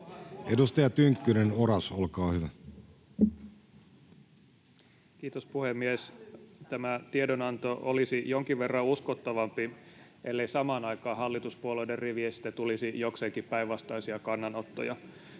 Edustaja Tynkkynen, Oras, olkaa hyvä. Kiitos, puhemies! Tämä tiedonanto olisi jonkin verran uskottavampi, ellei samaan aikaan hallituspuolueiden rivistä tulisi jokseenkin päinvastaisia kannanottoja.